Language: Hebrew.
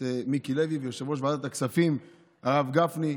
מיקי לוי ויושב-ראש ועדת הכספים הרב גפני,